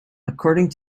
according